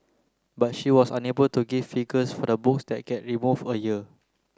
but she was unable to give figures for the books that get remove a year